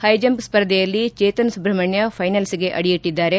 high jump ಸ್ಪರ್ಧೆಯಲ್ಲಿ ಚೇತನ್ ಸುಬ್ರಹ್ಮಣ್ಕ ಫೈನಲ್ಸ್ಗೆ ಅಡಿಯಿಟ್ಟದ್ದಾರೆ